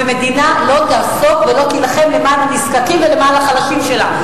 מדינה לא תעסוק ולא תילחם למען הנזקקים ולמען החלשים שלה.